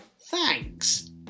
Thanks